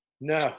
no